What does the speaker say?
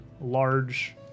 large